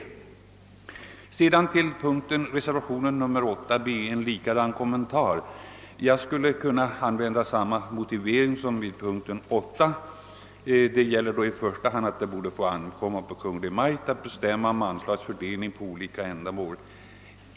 Jag skulle beträffande reservationen 8 hb kunna använda samma motivering som i fråga om reservationen 8 a, att det i första hand bör ankomma på Kungl. Maj:t att bestämma om anslagets fördelning på olika ändamål.